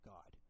God